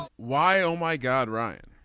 why oh my god ryan.